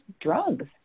drugs